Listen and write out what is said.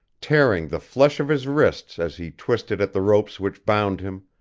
tearing the flesh of his wrists as he twisted at the ropes which bound him,